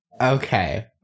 okay